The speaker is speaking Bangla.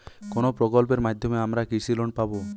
কোন প্রকল্পের মাধ্যমে আমরা কৃষি লোন পাবো?